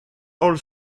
old